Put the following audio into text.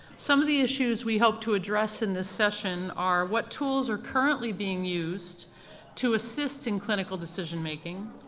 some of the issues we hope to address in this session are what tools are currently being used to assist in clinical decision making?